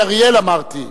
אמרתי: